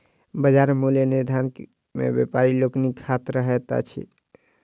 बाजार मूल्य निर्धारण मे व्यापारी लोकनिक हाथ रहैत छै